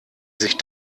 sich